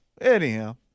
Anyhow